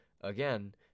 Again